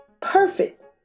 Perfect